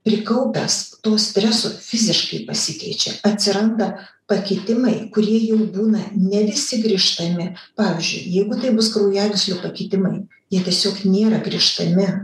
prikaupęs to streso fiziškai pasikeičia atsiranda pakitimai kurie jau būna ne visi grįžtami pavyzdžiui jeigu tai bus kraujagyslių pakitimai jie tiesiog nėra grįžtami